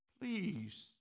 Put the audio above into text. Please